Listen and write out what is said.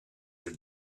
your